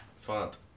font